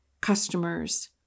customers